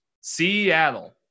Seattle